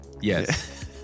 Yes